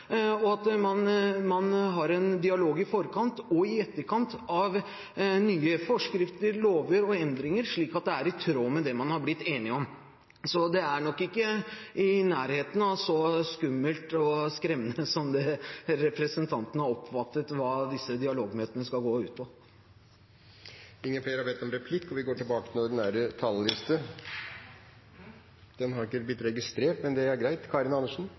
i forkant og i etterkant av nye forskrifter, lover og endringer, slik at det er i tråd med det man har blitt enig om. Så hva disse dialogmøtene skal gå ut på, er nok ikke i nærheten av så skummelt og skremmende som det representanten har oppfattet det som. Det er jo ingen som lurer på om Fremskrittspartiet ønsker en strengere innvandringspolitikk, det vet vi at de gjør, og at de på dette området aldri har